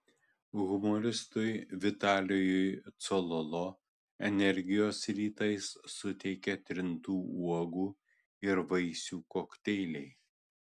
humoristui vitalijui cololo energijos rytais suteikia trintų uogų ir vaisių kokteiliai